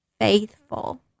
faithful